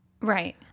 right